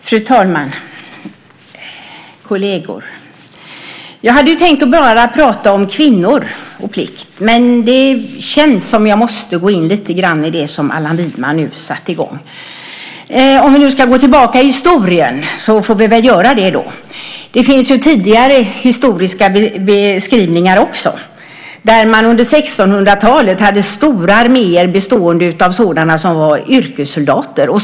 Fru talman! Kolleger! Jag hade tänkt prata enbart om kvinnor och plikt, men det känns som om jag måste gå in lite på det som Allan Widman satte i gång. Vi kan gå tillbaka i historien. Det finns tidiga historiska beskrivningar. Under 1600-talet hade man stora arméer bestående av yrkessoldater.